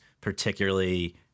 particularly